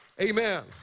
Amen